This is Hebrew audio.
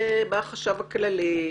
בחשב הכללי,